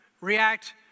react